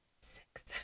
Six